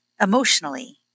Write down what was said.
emotionally